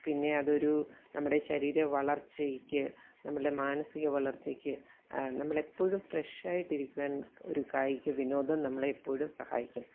പിന്നെ അതൊരു നമ്മുടെ ശരീരവളർച്ചയ്ക്ക് നമ്മുടെ മാനസികവളർച്ചയ്ക്ക് നമ്മളെപ്പോഴും ഫ്രഷായിട്ടിരിക്കുവാൻ ഒരു കായികവിനോദം നമ്മളെയെപ്പോഴും സഹായിക്കും